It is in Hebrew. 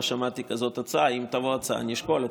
לא שמעתי כזאת הצעה, אם תבוא הצעה אני אשקול אותה,